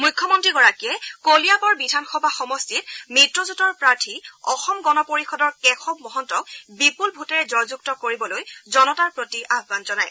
মুখ্যমন্ত্ৰীগৰাকীয়ে কলিয়াবৰ বিধানসভা সমষ্টিত মিত্ৰজোঁটৰ প্ৰাৰ্থী অসম গণ পৰিষদৰ কেশৱ মহন্তক বিপুল ভোটেৰে জয়যুক্ত কৰিবলৈ জনতাৰ প্ৰতি আহান জনায়